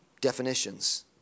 definitions